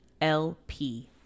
lp